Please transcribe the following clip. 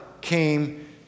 came